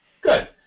Good